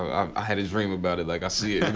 i had a dream about it, like, i see it.